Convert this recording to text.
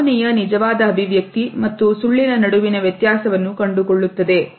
ಭಾವನೆಯ ನಿಜವಾದ ಅಭಿವ್ಯಕ್ತಿ ಮತ್ತು ಸುಳ್ಳಿನ ನಡುವಿನ ವ್ಯತ್ಯಾಸವನ್ನು ಕಂಡುಕೊಳ್ಳುತ್ತದೆ